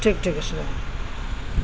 ٹھیک ٹھیک ہے السلام